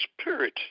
spirit